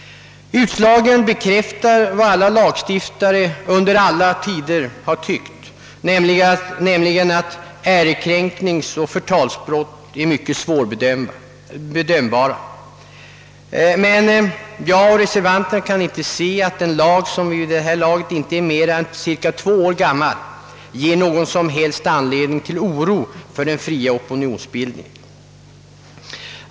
Utslagen bekräftar vad alla lagstiftare under alla tider har tyckt, nämligen att ärekränkningsoch förtalsbrott är mycket svårbedömbara. Men jag och de övriga reservanterna kan inte se att en lag som ännu inte är mer än cirka två år gammal ger någon som helst anledning till oro för den fria opinionsbildningen.